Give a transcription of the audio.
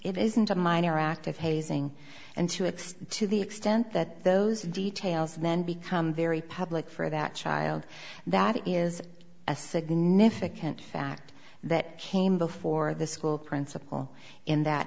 it isn't to my interactive hazing and to a to the extent that those details then become very public for that child that is a significant fact that came before the school principal in that